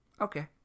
Okay